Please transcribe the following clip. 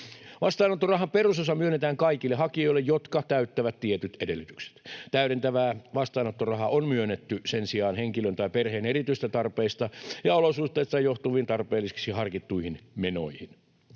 Vastaanottorahan perusosa myönnetään kaikille hakijoille, jotka täyttävät tietyt edellytykset. Täydentävää vastaanottorahaa on myönnetty sen sijaan henkilön tai perheen erityisistä tarpeista ja olosuhteista johtuviin tarpeelliseksi harkittuihin menoihin.